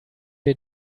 wir